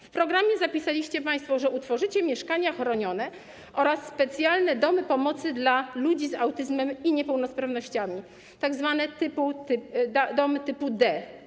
W programie zapisaliście państwo, że utworzycie mieszkania chronione oraz specjalne domy pomocy dla ludzi z autyzmem i niepełnosprawnościami, tzw. domy typu D.